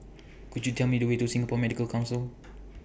Could YOU Tell Me The Way to Singapore Medical Council